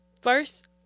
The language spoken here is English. first